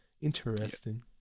Interesting